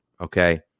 Okay